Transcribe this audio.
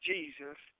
Jesus